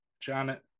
Janet